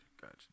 Gotcha